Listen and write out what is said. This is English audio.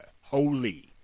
Holy